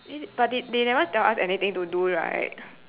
is but they they never tell us anything to do right